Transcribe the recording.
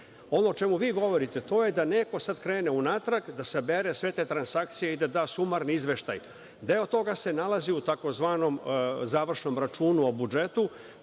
Ovo o čemu vi govorite, to je da neko sad krene unatrag, da sabere sve te transkacije i da da sumarni izveštaj. Deo toga se nalazi u tzv. završnom računu o budžetu,